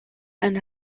and